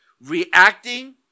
Reacting